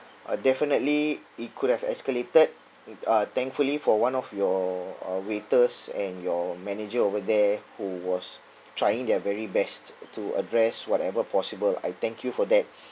uh definitely it could have escalated uh thankfully for one of your uh waiters and your manager over there who was trying their very best to address whatever possible I thank you for that